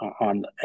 on